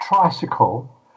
tricycle